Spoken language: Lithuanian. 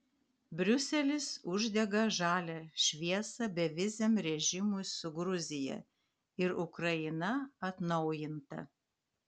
briuselis uždega žalią šviesą beviziam režimui su gruzija ir ukraina atnaujinta